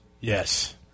Yes